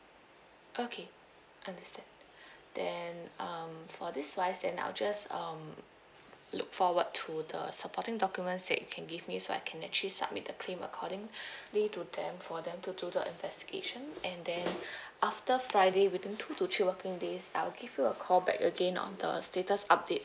okay understand then um for this wise then I'll just um look forward to the supporting documents that you can give me so I can actually submit the claim according~ ~ ly to them for them to do the investigation and then after friday within two to three working days I'll give you a call back again on the status update